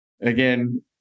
Again